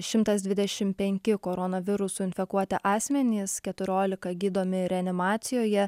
šimtas dvidešim penki koronavirusu infekuoti asmenys keturiolika gydomi reanimacijoje